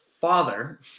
father